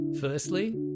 Firstly